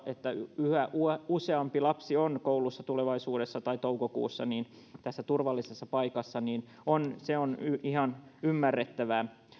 että yhä useampi lapsi on koulussa tulevaisuudessa tai toukokuussa tässä turvallisessa paikassa se on ihan ymmärrettävää